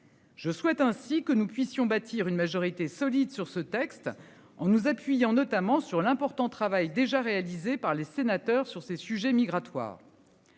Je souhaite ainsi que nous puissions bâtir une majorité solide sur ce texte. En nous appuyant notamment sur l'important travail déjà réalisé par les sénateurs sur ces sujets migratoires.